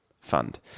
fund